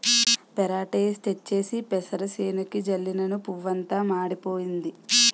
పెరాటేయిన్ తెచ్చేసి పెసరసేనుకి జల్లినను పువ్వంతా మాడిపోయింది